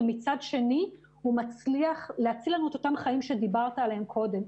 ומצד שני הוא מצליח להציל לנו את אותם חיים שדיברנו עליהם קודם,